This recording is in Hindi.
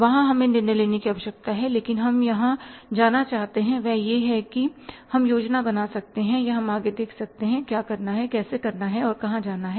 वहां हमें निर्णय लेने की आवश्यकता है लेकिन हम जहां जाना चाहते हैं वह है कि हम योजना बना सकते हैं या हम आगे देख सकते हैं कि क्या करना है कैसे करना है और कहां जाना है